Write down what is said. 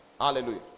hallelujah